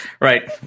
right